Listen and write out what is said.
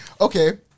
Okay